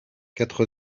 quatre